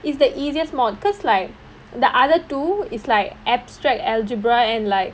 it's the easiest modules because like the other two is like abstract algebra and like